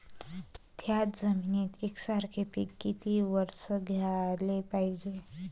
थ्याच जमिनीत यकसारखे पिकं किती वरसं घ्याले पायजे?